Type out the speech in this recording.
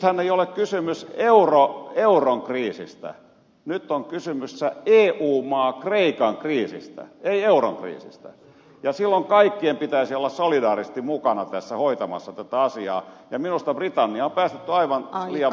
nythän ei ole kysymys euron kriisistä nyt on kysymys eu maa kreikan kriisistä ei euron kriisistä ja silloin kaikkien pitäisi olla solidaarisesti mukana tässä hoitamassa tätä asiaa ja minusta britannia on päästetty aivan liian vähällä tässä